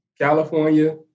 California